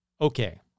Okay